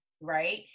right